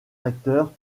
acteur